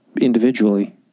individually